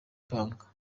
ibanga